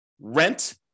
rent